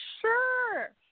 sure